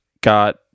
got